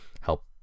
help